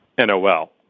NOL